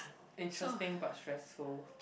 interesting but stressful